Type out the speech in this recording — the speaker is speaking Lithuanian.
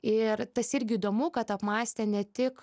ir tas irgi įdomu kad apmąstė ne tik